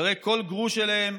אחרי כל גרוש שלהם,